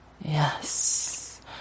Yes